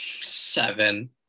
Seven